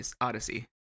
Odyssey